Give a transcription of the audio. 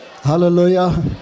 Hallelujah